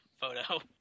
photo